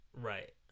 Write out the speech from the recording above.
Right